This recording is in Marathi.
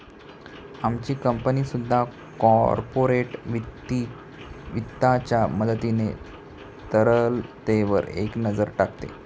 आमची कंपनी सुद्धा कॉर्पोरेट वित्ताच्या मदतीने तरलतेवर एक नजर टाकते